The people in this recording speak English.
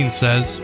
says